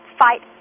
fight